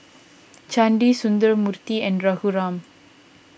Chandi Sundramoorthy and Raghuram